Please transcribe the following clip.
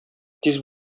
тиз